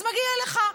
אז מגיע לך,